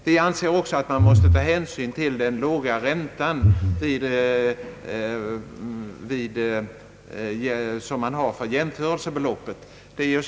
Vi anser också att man måste ta hänsyn till den låga ränta efter vilken man beräknar jämförelsebeloppet vid återbetalningen.